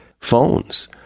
phones